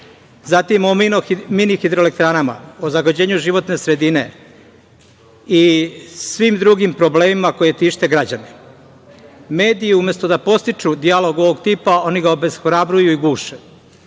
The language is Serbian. zatim o mini hidroelektranama, o zagađenju životne sredine i svim drugim problemima koji tište građane. Mediji, umesto da podstiču dijalog ovog tima, ga obeshrabruju i guše. Možda